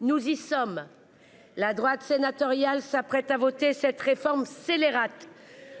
Nous y sommes. La droite sénatoriale s'apprête à voter cette réforme scélérate